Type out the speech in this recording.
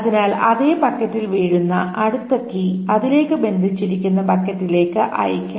അതിനാൽ അതേ ബക്കറ്റിൽ വീഴുന്ന അടുത്ത കീ അതിലേക്ക് ബന്ധിച്ചിരിക്കുന്ന ബക്കറ്റിലേക്ക് അയയ്ക്കും